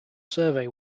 survey